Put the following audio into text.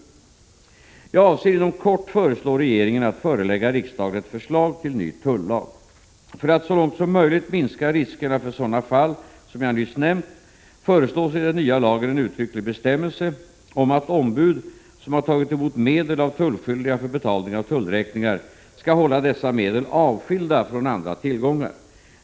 Jag avser inom kort föreslå regeringen att förelägga riksdagen ett förslag till ny tullag. För att så långt som möjligt minska riskerna för sådana fall som jag nyss nämnt föreslås i den nya lagen en uttrycklig bestämmelse om att ombud, som har tagit emot medel av tullskyldiga för betalning av tullräkningar, skall hålla dessa medel avskilda från andra tillgångar.